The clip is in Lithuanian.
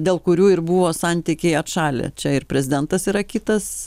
dėl kurių ir buvo santykiai atšalę čia ir prezidentas yra kitas